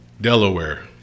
Delaware